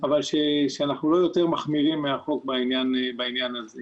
אבל שאנחנו לא יותר מחמירים מהחוק בעניין הזה.